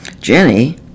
Jenny